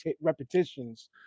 repetitions